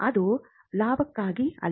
ಅದು ಲಾಭಕ್ಕಾಗಿ ಅಲ್ಲ